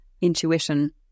intuition